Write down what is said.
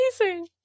amazing